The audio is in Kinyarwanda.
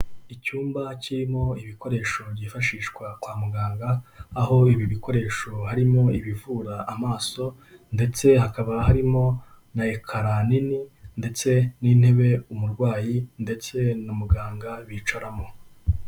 Icyumba kirimo ibikoresho byifashishwa kwa muganga, aho ibi bikoresho harimo ibivura amaso ndetse hakaba harimo na ekara nini ndetse n'intebe umurwayi ndetse na muganga bicaramo.